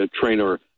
trainer